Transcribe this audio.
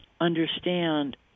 understand